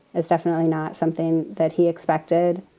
it's definitely not something that he expected,